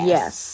Yes